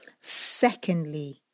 Secondly